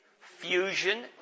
fusion